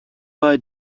bei